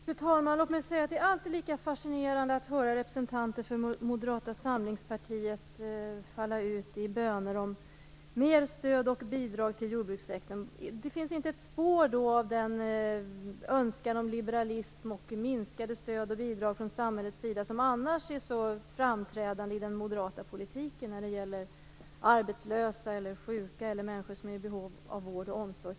Fru talman! Det är alltid lika fascinerande att höra representanter för Moderata samlingspartiet falla ut i böner om mer stöd och bidrag till jordbrukssektorn. Det finns då inte ett spår av den önskan om liberalism och minskade stöd och bidrag från samhällets sida som annars är så framträdande i den moderata politiken när det gäller arbetslösa, sjuka eller människor som är i behov av vård och omsorg.